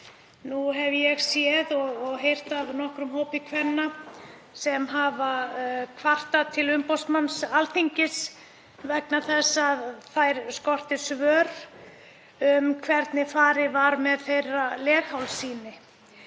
nú hef ég séð og heyrt af nokkrum hópi kvenna sem hefur kvartað til umboðsmanns Alþingis vegna þess að þær skortir svör um hvernig farið var með leghálssýni